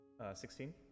16